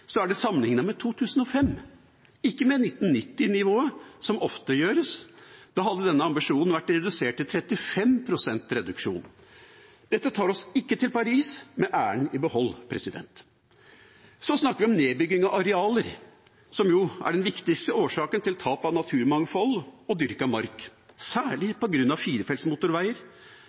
er det sammenlignet med 2005-nivået, ikke med 1990-nivået, som ofte gjøres. Da hadde denne ambisjonen vært redusert til 35 pst. Dette tar oss ikke til Paris med æren i behold. Så snakker vi om nedbygging av arealer, som jo er den viktigste årsaken til tap av naturmangfold og dyrka mark, særlig